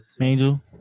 Angel